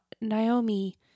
Naomi